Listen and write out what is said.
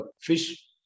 fish